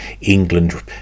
England